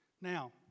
Now